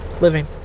living